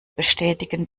bestätigen